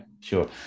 sure